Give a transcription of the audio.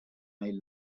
made